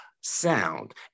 sound